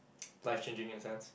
life changing in a sense